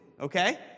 okay